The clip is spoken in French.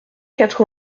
quatre